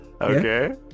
Okay